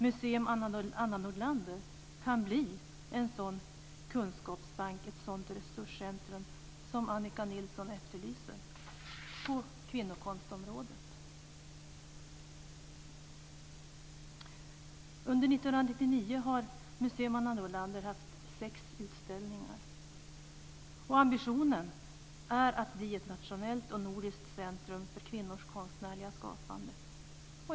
Museum Anna Nordlander kan bli en sådan kunskapsbank och ett sådant resurscentrum som Annika Nilsson efterlyser på området kvinnokonstområdet. Under 1999 har Museum Anna Nordlander haft sex utställningar. Ambitionen är att bli ett nationellt och nordiskt centrum för kvinnliga konstnärer och skapande.